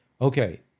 okay